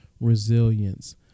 resilience